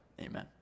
Amen